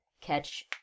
catch